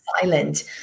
silent